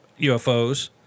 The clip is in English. UFOs